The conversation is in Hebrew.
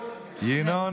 ינון,